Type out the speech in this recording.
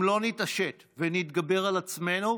אם לא נתעשת ונתגבר על עצמנו,